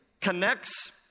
Connects